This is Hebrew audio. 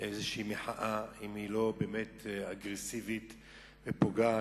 איזושהי מחאה, אם היא לא אגרסיבית ופוגעת,